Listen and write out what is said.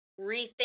rethink